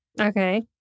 Okay